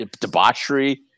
debauchery